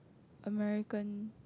American